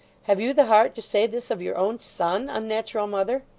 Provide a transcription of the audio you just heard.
have you the heart to say this of your own son, unnatural mother